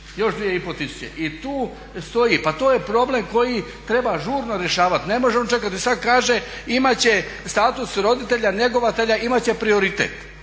još dvije i pol tisuće i tu stoji. Pa to je problem koji treba žurno rješavati. Ne može on čekati. Sad kaže imat će status roditelja njegovatelja, imat će prioritet.